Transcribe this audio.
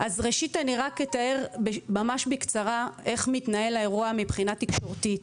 ראשית רק אתאר ממש בקצרה איך מתנהל האירוע מבחינה תקשורתית.